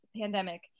pandemic